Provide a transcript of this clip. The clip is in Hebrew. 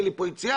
תהיה לו פה יציאה,